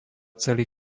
celý